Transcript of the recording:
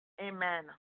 Amen